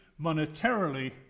monetarily